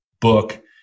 book